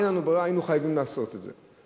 אין לנו ברירה, היינו חייבים לעשות את זה.